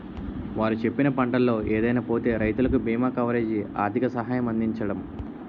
వారు చెప్పిన పంటల్లో ఏదైనా పోతే రైతులకు బీమా కవరేజీ, ఆర్థిక సహాయం అందించడం